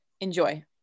Enjoy